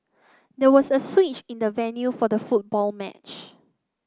there was a switch in the venue for the football match